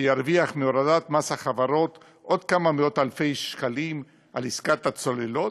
שירוויח מהורדת מס החברות עוד כמה מאות שקלים על עסקת הצוללות,